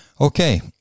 okay